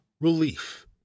relief